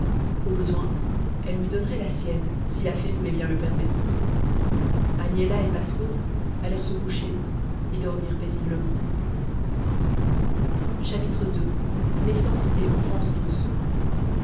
qu'au besoin elle lui donnerait la sienne si la fée voulait bien le permettre agnella et passerose allèrent se coucher et dormirent paisiblement ii naissance et enfance d'ourson